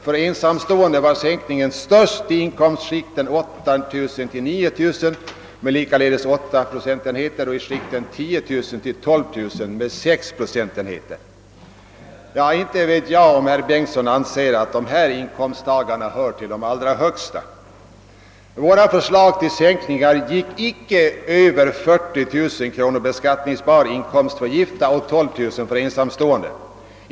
För ensamstående var sänkningen störst i inkomstskikten 8 000—9 000 kronor med likaledes åtta procentenheter, och i inkomstskikten 10 000—12 000 kronor föreslogs sänkningen bli sex procentenheter. Jag vet inte om herr Bengtsson anser att dessa inkomsttagare hör till de allra högsta. Våra förslag till sänkningar i skatteskalan omfattade inte inkomstskikten över 40 000 kronor beskattningsbar inkomst för gifta och 12000 kronor för ensamstående.